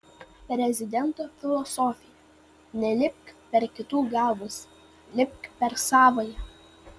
prezidento filosofija nelipk per kitų galvas lipk per savąją